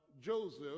Joseph